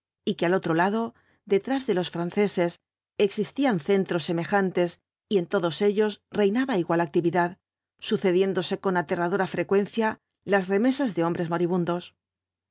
y que al otro lado detrás de los franceses existían centros semejantes y en todos ellos reinaba igual actividad sucediéndose con aterradora frecuencia las remesas de hombres moribundos